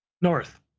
North